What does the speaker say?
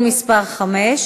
(ביטול תקנות),